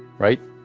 right?